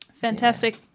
Fantastic